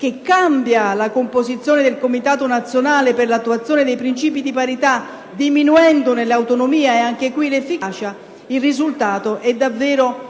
che cambia la composizione del Comitato nazionale per l'attuazione dei princìpi di parità, diminuendone l'autonomia e anche in questo caso l'efficacia, il risultato si traduce